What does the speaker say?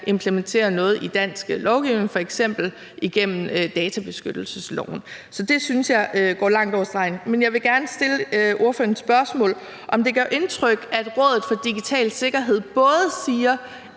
implementere noget i dansk lovgivning, f.eks. gennem databeskyttelsesloven. Så det synes jeg går langt over stregen. Men jeg vil gerne stille ordføreren et spørgsmål: Gør det indtryk, at Rådet for Digital Sikkerhed både siger,